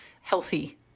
healthy